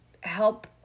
help